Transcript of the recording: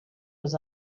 his